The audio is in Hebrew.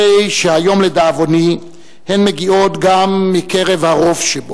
הרי שהיום, לדאבוני, הן מגיעות גם מקרב הרוב שבו.